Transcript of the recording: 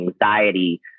anxiety